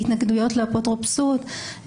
התנגדויות לאפוטרופסות,